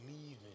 leaving